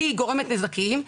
כי היא גורמת לנזקים,